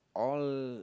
all